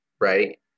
right